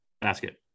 Basket